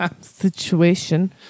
Situation